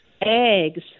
Eggs